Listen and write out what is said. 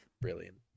brilliant